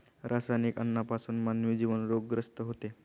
रासायनिक अन्नापासून मानवी जीवन रोगग्रस्त होते